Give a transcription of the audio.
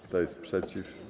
Kto jest przeciw?